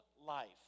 life